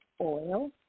oil